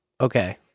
Okay